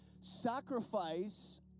Sacrifice